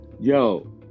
Yo